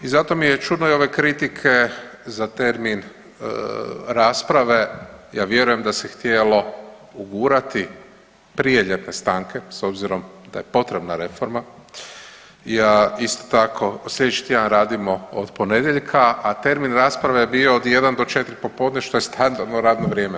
I zato mi je čudno i ove kritike za termin rasprave, ja vjerujem da se htjelo ugurati prije ljetne stanke s obzirom da je potrebna reforma ja isto tako sljedeći tjedan radimo od ponedjeljka, a termin rasprave je bio od 1 do 4 popodne što je standardno radno vrijeme.